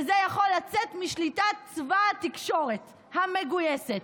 וזה יכול לצאת משליטת צבא התקשורת המגויסת.